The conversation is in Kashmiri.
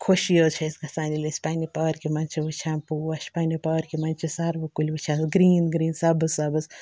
خوٚشی حظ چھِ اَسہِ گژھان ییٚلہِ أسۍ پنٛنہِ پارکہِ منٛز چھِ وٕچھان پوش پنٛنہِ پارکہِ منٛز چھِ سَروٕ کُلۍ وٕچھان گرٛیٖن گرٛیٖن سَبٕز سَبٕز